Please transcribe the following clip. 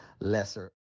lesser